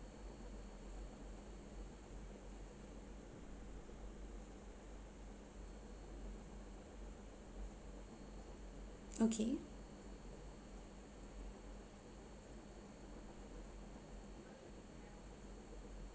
okay